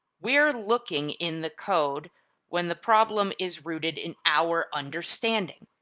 we're looking in the code when the problem is rooted in our understanding.